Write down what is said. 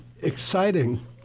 exciting